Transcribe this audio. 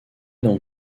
dans